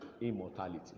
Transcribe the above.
immortality